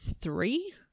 three